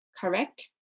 correct